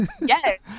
Yes